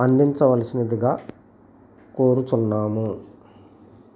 అందించవలసినదిగా కోరుతున్నాము